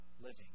living